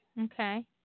Okay